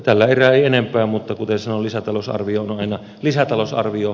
tällä erää ei enempää mutta kuten sanoin lisätalousarvio on aina lisätalousarvio